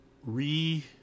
Re